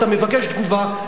אתה מבקש תגובה,